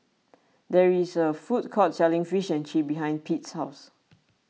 there is a food court selling Fish and Chips behind Pete's house